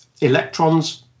electrons